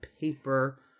paper